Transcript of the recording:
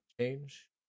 change